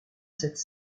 cette